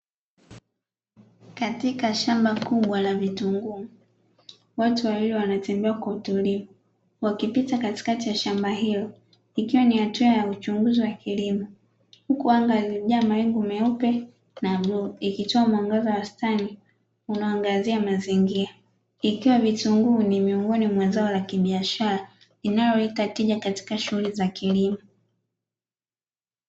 Katika shamba kubwa la vitunguu, watu wawili wanatembea kwa utulivu wakipita katikati ya shamba hilo, ikiwa ni hatua ya uchunguzi wa kilimo. Huku angani kumejaa mawingu meupe na bluu, ikitoa mwanga wa wastani unaoangazia mazingira. Ikiwa vitunguu ni miongoni mwa zao la kibiashara inayoleta tija katika shughuli za kilimo.